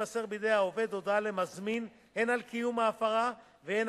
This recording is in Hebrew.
העובד הודעה למזמין הן על קיום ההפרה והן